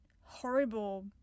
horrible